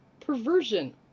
Perversion